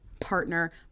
partner